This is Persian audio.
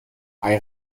اگه